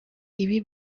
ibi